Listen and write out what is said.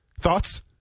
Thoughts